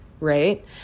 Right